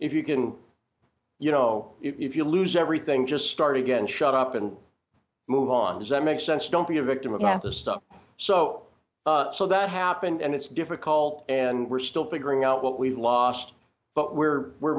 if you can you know if you lose everything just start again shut up and move on does that make sense don't be a victim of mathis stuff so so that happened and it's difficult and we're still figuring out what we've lost but where we're